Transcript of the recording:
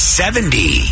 seventy